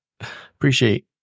appreciate